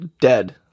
dead